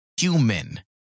human